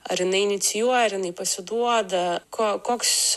ar jinai inicijuoja ir jinai pasiduoda ko koks